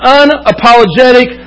unapologetic